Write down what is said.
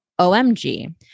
OMG